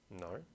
no